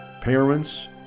Parents